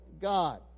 God